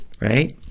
right